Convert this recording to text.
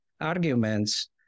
arguments